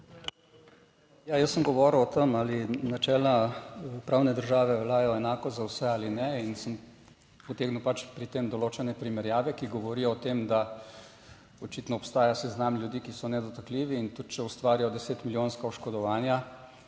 Ja, jaz sem govoril o tem ali načela pravne države veljajo enako za vse ali ne in sem potegnil pač pri tem določene primerjave, ki govorijo o tem, da očitno obstaja seznam ljudi, ki so nedotakljivi in tudi, če ustvarijo deset milijonska oškodovanja